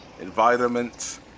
environment